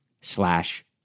slash